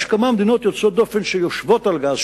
יש כמה מדינות יוצאות דופן שיושבות על גז,